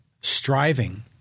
striving